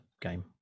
game